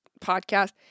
podcast